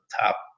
top